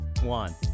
one